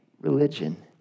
religion